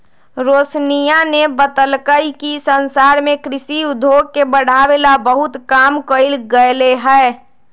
रोशनीया ने बतल कई कि संसार में कृषि उद्योग के बढ़ावे ला बहुत काम कइल गयले है